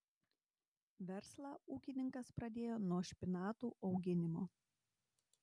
verslą ūkininkas pradėjo nuo špinatų auginimo